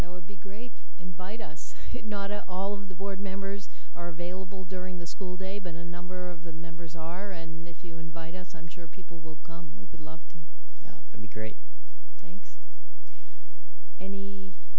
that would be great invite us to all of the board members are available during the school day by the number of the members are if you invite us i'm sure people will come we would love to i mean great thanks any